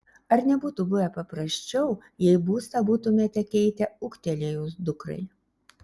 ar nebūtų buvę paprasčiau jei būstą būtumėte keitę ūgtelėjus dukrai